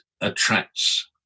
attracts